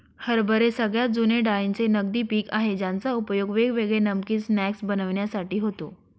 हरभरे सगळ्यात जुने डाळींचे नगदी पिक आहे ज्याचा उपयोग वेगवेगळे नमकीन स्नाय्क्स बनविण्यासाठी होतो